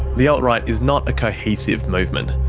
the alt-right is not a cohesive movement.